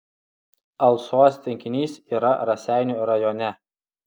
alsos tvenkinys yra raseinių rajone